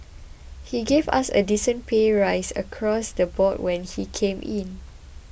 he gave us a decent pay rise across the board when he came in